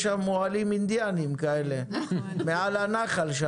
יש שם אוהלים אינדיאנים מעל הנחל.